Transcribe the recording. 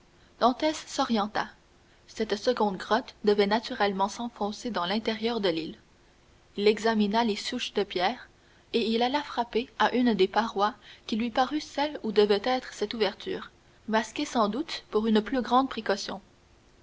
s'orienta cette seconde grotte devait naturellement s'enfoncer dans l'intérieur de l'île il examina les souches des pierres et il alla frapper à une des parois qui lui parut celle où devait être cette ouverture masquée sans doute pour plus grande précaution